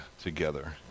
together